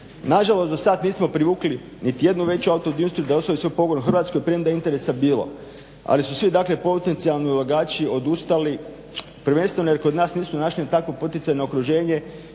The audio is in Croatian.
Nažalost, do sad nismo privukli niti jednu veću autoindustriju da … svoj pogon u Hrvatskoj premda je interesa bilo, ali su svi dakle potencijalni ulagači odustali prvenstveno jer kod nas nisu našli takvo poticajno okruženje